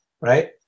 right